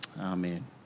Amen